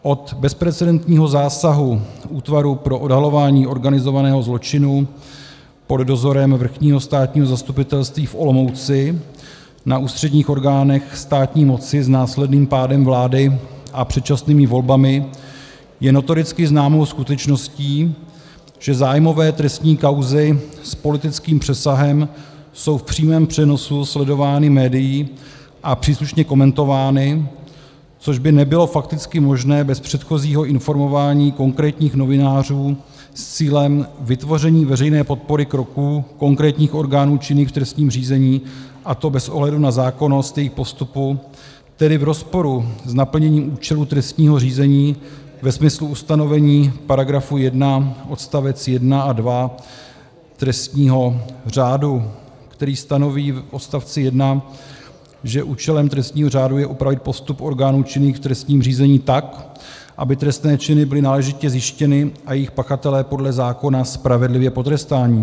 Od bezprecedentního zásahu Útvaru pro odhalování organizovaného zločinu pod dozorem Vrchního státního zastupitelství v Olomouci na ústředních orgánech státní moci s následný pádem vlády a předčasnými volbami je notoricky známou skutečností, že zájmové trestní kauzy s politickým přesahem jsou v přímém přenosu sledovány médii a příslušně komentovány, což by nebylo fakticky možné bez předchozího informování konkrétních novinářů s cílem vytvoření veřejné podpory kroků konkrétních orgánů činných v trestním řízení, a to bez ohledu na zákonnost jejich postupu, tedy v rozporu s naplněním účelu trestního řízení ve smyslu ustanovení v § 1 odst. 1 a 2 trestního řádu, který stanoví v odst. 1, že účelem trestního řádu je upravit postup orgánů činných v trestním řízení tak, aby trestné činy byly náležitě zjištěny a jejich pachatelé podle zákona spravedlivě potrestáni.